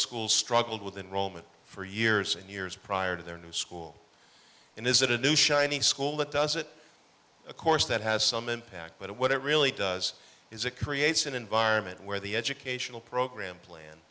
schools struggled with enrollment for years and years prior to their new school and is it a new shiny school that does it of course that has some impact but what it really does is it creates an environment where the educational program plan